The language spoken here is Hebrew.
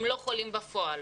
הם לא חולים בפועל.